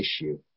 issue